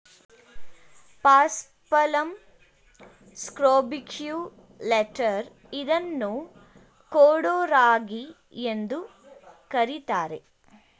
paspalum scrobiculatum ಇದನ್ನು ಕೊಡೋ ರಾಗಿ ಎಂದು ಕರಿತಾರೆ